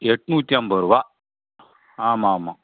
எட்நூத்தி ஐம்பதுரூவா ஆமாம் ஆமாம்